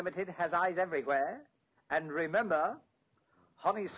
limited has eyes everywhere and remember how